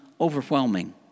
overwhelming